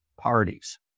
parties